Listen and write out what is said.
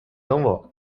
novel